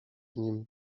nim